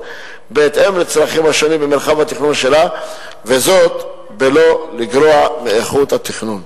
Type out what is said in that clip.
בהתאם לצרכים השונים במרחב התכנון שלה בלא לגרוע מאיכות התכנון.